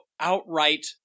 outright